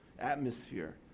atmosphere